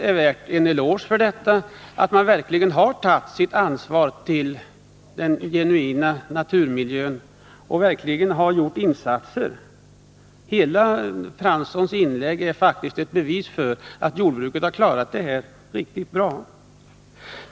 Man har verkligen tagit sitt ansvar för den genuina naturmiljön och gjort insatser. Hela Jan Franssons inlägg är ett bevis för att jordbruket har klarat det riktigt bra.